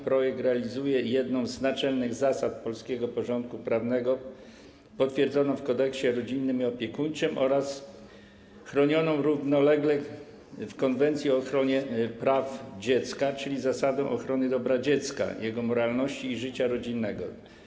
Projekt realizuje jedną z naczelnych zasad polskiego porządku prawnego, potwierdzoną w Kodeksie rodzinnym i opiekuńczym oraz chronioną równolegle w konwencji o ochronie praw dziecka, czyli zasadę ochrony dobra dziecka, jego moralności i życia rodzinnego.